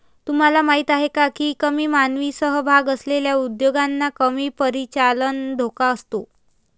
तुम्हाला माहीत आहे का की कमी मानवी सहभाग असलेल्या उद्योगांना कमी परिचालन धोका असतो?